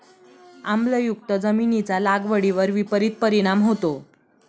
आम्लयुक्त जमिनीचा लागवडीवर विपरीत परिणाम होतो